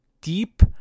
deep